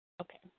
Okay